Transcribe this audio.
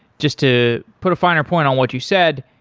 just to put a finer point on what you said,